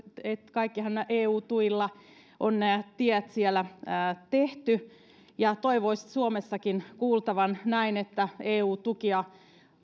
kaikkihan nämä tiet on siellä eu tuilla tehty ja toivoisi suomessakin kuultavan näin että eu tukia